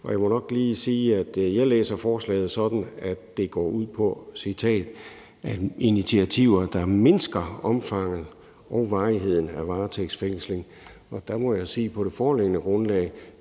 jeg læser forslaget sådan, at det går ud på – citat: »initiativer, der mindsker omfanget og varigheden af varetægtsfængsling«. Der må jeg sige, at på det foreliggende grundlag